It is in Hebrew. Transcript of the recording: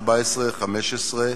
14, 15,